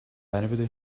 anybody